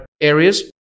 areas